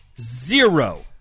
zero